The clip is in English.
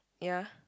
yea